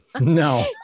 No